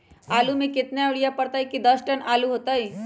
आलु म केतना यूरिया परतई की दस टन आलु होतई?